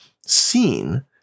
seen